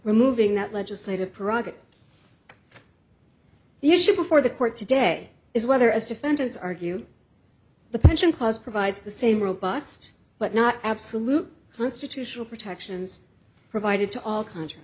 removing that legislative parag the issue before the court today is whether as defendants argue the pension plus provides the same robust but not absolute constitutional protections provided to all countries